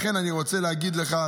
לכן אני רוצה להגיד לך,